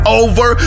over